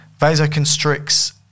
vasoconstricts